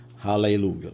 Hallelujah